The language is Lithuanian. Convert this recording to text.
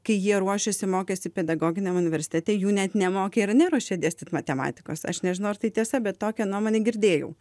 kai jie ruošėsi mokėsi pedagoginiam universitete jų net nemokė ir neruošė dėstyt matematikos aš nežinau ar tai tiesa bet tokią nuomonę girdėjau